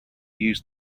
use